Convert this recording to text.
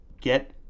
get